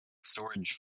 storage